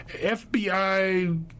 FBI